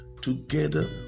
together